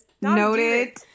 Noted